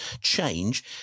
change